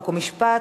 חוק ומשפט,